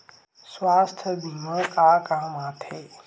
सुवास्थ बीमा का काम आ थे?